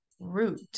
root